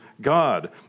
God